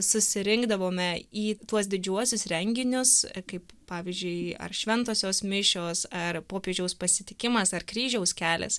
susirinkdavome į tuos didžiuosius renginius kaip pavyzdžiui ar šventosios mišios ar popiežiaus pasitikimas ar kryžiaus kelias